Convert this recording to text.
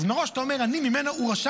אז מראש אתה אומר: הוא רשע,